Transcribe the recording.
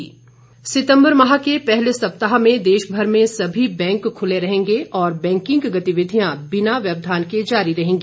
बैं क सितम्बर माह के पहले सप्ताह में देशभर में सभी बैंक खुले रहेंगे और बैंकिंग गतिविधियां बिना व्यवधान के जारी रहेंगी